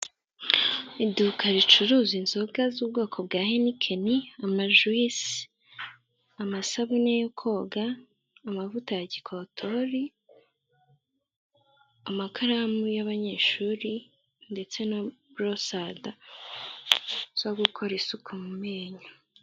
Iduka ricuruza inzoga z'ubwoko bwa henikeni amajuwise, amasabune yo koga ,amavuta ya gikotori ,amakaramu y'abanyeshuri ndetse na borosada zo gukora isuku mu menyo.